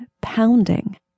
pounding